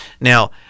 Now